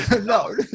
No